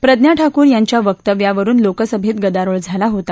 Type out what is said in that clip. प्रज्ञा ठाकूर यांच्या वक्तव्यावरून लोकसभेत गदारोळ झाला होता